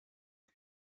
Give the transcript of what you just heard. com